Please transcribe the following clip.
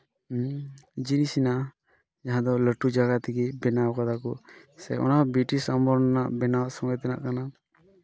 ᱡᱤᱱᱤᱥ ᱦᱮᱱᱟᱜᱼᱟ ᱡᱟᱦᱟᱸ ᱫᱚ ᱞᱟᱹᱴᱩ ᱡᱟᱭᱜᱟ ᱛᱮᱜᱮ ᱵᱮᱱᱟᱣ ᱠᱟᱫᱟ ᱠᱚ ᱥᱮ ᱚᱱᱟ ᱦᱚᱸ ᱵᱨᱤᱴᱤᱥ ᱟᱢᱚᱞ ᱨᱮᱱᱟᱜ ᱵᱮᱱᱟᱣᱟᱜ ᱥᱚᱸᱜᱮ ᱛᱮᱱᱟᱜ ᱠᱟᱱᱟ